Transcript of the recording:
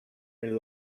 and